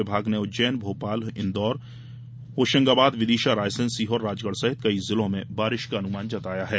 विभाग ने उज्जैन भोपाल इंदौर होशंगाबाद विदिशा रायसेन सीहोर राजगढ सहित कई जिलों में बारिश का अनुमान जताया है